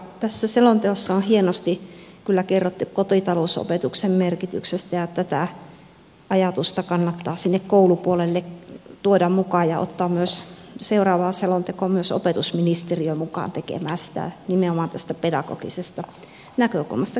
tässä selonteossa on hienosti kyllä kerrottu kotitalousopetuksen merkityksestä ja tätä ajatusta kannattaa sinne koulupuolelle tuoda mukaan ja ottaa seuraavaan selontekoon myös opetusministeriö mukaan tekemään sitä nimenomaan tästä pedagogisesta näkökulmasta